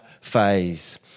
phase